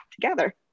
together